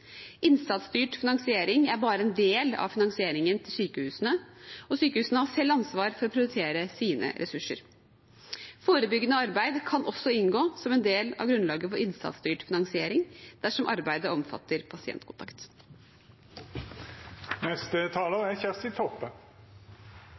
Innsatsstyrt finansiering er bare en del av finansieringen til sykehusene, og sykehusene har selv ansvar for å prioritere sine ressurser. Forebyggende arbeid kan også inngå som en del av grunnlaget for innsatsstyrt finansiering dersom arbeidet omfatter